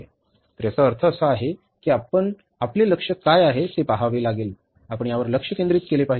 तर याचा अर्थ असा आहे की आपले लक्ष्य काय आहे ते पहावे लागेल आपण यावर लक्ष केंद्रित केले पाहिजे